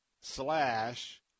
slash